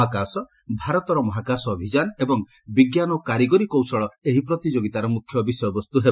ମହାକାଶ ଭାରତର ମହାକାଶ ଅଭିଯାନ ଏବଂ ବିଜ୍ଞାନ ଓ କାରିଗରି କୌଶଳ ଏହି ପ୍ରତିଯୋଗିତାର ମ୍ରଖ୍ୟ ବିଷୟବସ୍ତ ହେବ